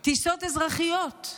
טיסות אזרחיות.